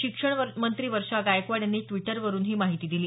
शिक्षण मंत्री वर्षा गायकवाड यांनी द्विटरवरून ही माहिती दिली